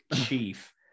chief